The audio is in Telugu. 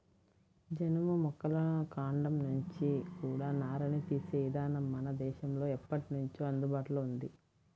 జనుము మొక్కల కాండం నుంచి కూడా నారని తీసే ఇదానం మన దేశంలో ఎప్పట్నుంచో అందుబాటులో ఉంది